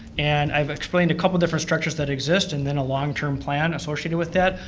and i've explained a couple of different structures that exist and then a long-term plan associated with that.